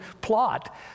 plot